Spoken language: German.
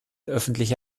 öffentliche